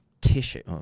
tissue